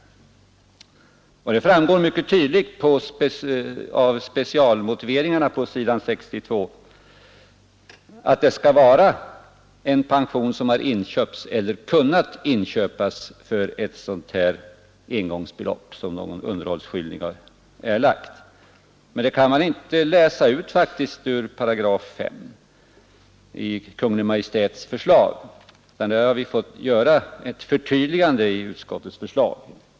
Samma sak framgår också mycket tydligt i specialmotiveringarna på s. 62 i propositionen. Men det kan man faktiskt inte läsa ut ur 5 8 i Kungl. Maj:ts förslag, utan vi har fått göra ett förtydligande i utskottets förslag.